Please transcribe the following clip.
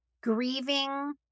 grieving